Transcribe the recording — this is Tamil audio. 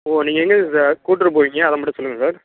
ஓ நீங்கள் எங்கங்கே சார் கூட்டிகிட்டு போவிங்க அதை மட்டும் சொல்லுங்கள் சார்